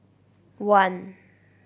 one